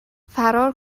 فرار